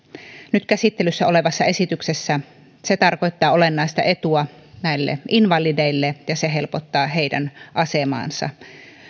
nyt käsittelyssä olevassa esityksessä se tarkoittaa olennaista etua näille invalideille ja se helpottaa heidän asemaansa